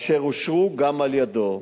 אשר אושרו גם על-ידו.